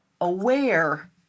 aware